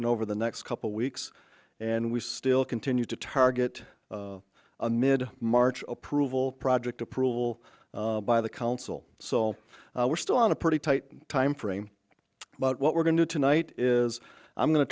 and over the next couple weeks and we still continue to target a mid march approval project approval by the council so we're still on a pretty tight time frame but what we're going to tonight is i'm going to